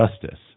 Justice